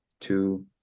two